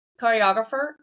choreographer